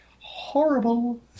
horrible